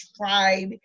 tried